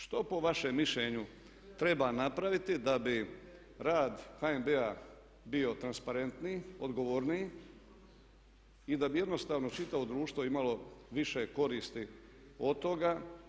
Što po vašem mišljenju treba napraviti da bi rad HNB-a bio transparentniji, odgovorniji i da bi jednostavno čitavo društvo imalo više koristi od toga.